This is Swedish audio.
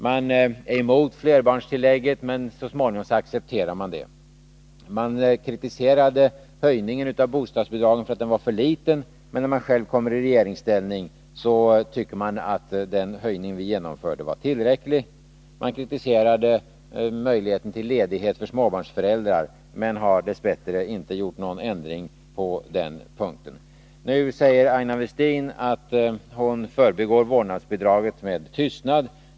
Man är emot flerbarnstillägget, men så småningom accepterar man det. Man kritiserade höjningen av bostadsbidragen för att den var för liten, men när man själv kommer i regeringsställning tycker man att den höjning vi genomförde var tillräcklig. Man kritiserade möjligheten till ledighet för småbarnsföräldrar men har dess bättre inte gjort någon ändring på den punkten. Nu säger Aina Westin att hon förbigår barnbidraget med tystnad.